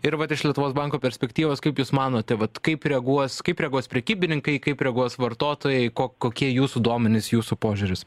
ir vat iš lietuvos banko perspektyvos kaip jūs manote vat kaip reaguos kaip reaguos prekybininkai kaip reaguos vartotojai ko kokie jūsų duomenys jūsų požiūris